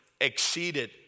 exceeded